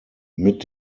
mit